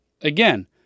Again